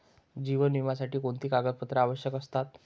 जीवन विम्यासाठी कोणती कागदपत्रे आवश्यक असतात?